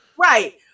Right